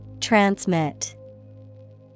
Transmit